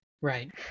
Right